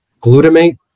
glutamate